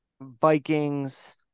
Vikings